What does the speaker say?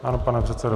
Ano, pane předsedo.